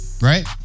Right